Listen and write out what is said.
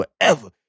forever